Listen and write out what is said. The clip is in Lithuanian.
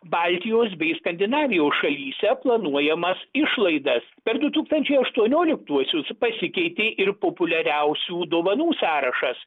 baltijos bei skandinavijos šalyse planuojamas išlaidas per du tūkstančiai aštuonioliktuosius pasikeitė ir populiariausių dovanų sąrašas